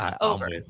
Over